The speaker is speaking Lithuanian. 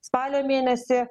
spalio mėnesį